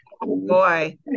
boy